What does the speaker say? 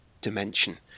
dimension